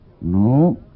No